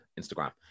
Instagram